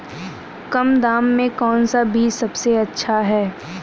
कम दाम में कौन सा बीज सबसे अच्छा है?